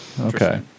okay